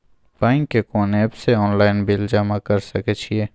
Bank के कोन app से ऑनलाइन बिल जमा कर सके छिए?